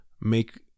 make